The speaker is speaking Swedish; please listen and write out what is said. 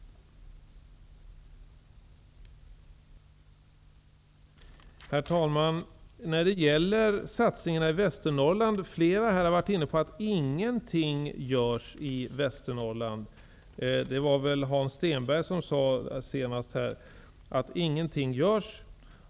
Herr talman! Flera talare har varit inne på satsningarna i Västernorrland. Hans Stenberg sade att ingenting görs i Västernorrland.